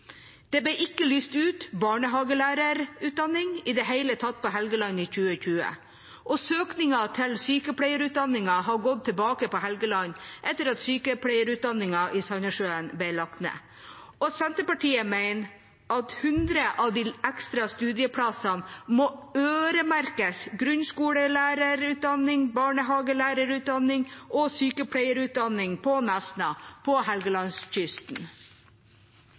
Det ble ikke lyst ut for barnehagelærerutdanning i det hele tatt på Helgeland i 2020, og søkningen til sykepleierutdanning har gått tilbake på Helgeland etter at sykepleierutdanningen i Sandnessjøen ble lagt ned. Senterpartiet mener at 100 av de ekstra studieplassene må øremerkes grunnskolelærerutdanning, barnehagelærerutdanning og sykepleierutdanning på Nesna på Helgelandskysten.